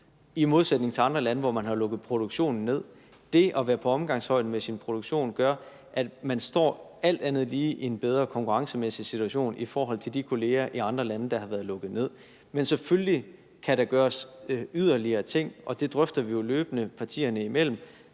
i modsætning til andre lande, hvor man har lukket produktionen ned. Det at være på omgangshøjde med sin produktion gør, at man alt andet lige står i en bedre konkurrencemæssig situation forhold til de konkurrenter i andre lande, der har været lukket ned. Men selvfølgelig kan der gøres yderligere ting, og det drøfter vi jo løbende partierne imellem.